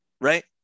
right